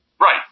Right